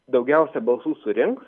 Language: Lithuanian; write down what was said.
daugiausia balsų surinks